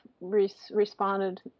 responded